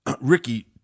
Ricky